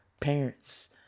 Parents